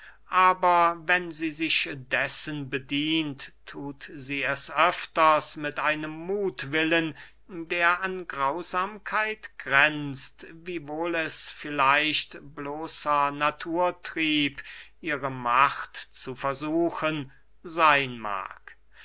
aber wenn sie sich dessen bedient thut sie es öfters mit einem muthwillen der an grausamkeit grenzt wiewohl es vielleicht bloßer naturtrieb ihre macht zu versuchen seyn mag